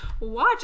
Watch